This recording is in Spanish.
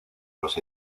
los